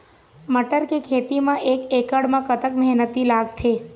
मटर के खेती म एक एकड़ म कतक मेहनती लागथे?